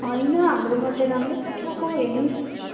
होइन हाम्रोमा त राम्रै पठाएको हेर्नुहोस्